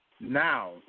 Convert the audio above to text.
Now